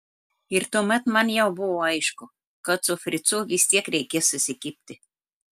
ir tuomet man jau buvo aišku kad su fricu vis tiek reikės susikibti